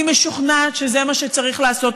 אני משוכנעת שזה מה שצריך לעשות,